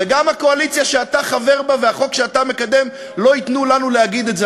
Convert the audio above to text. וגם הקואליציה שאתה חבר בה והחוק שאתה מקדם לא ייתנו לנו להגיד את זה.